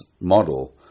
model